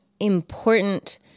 important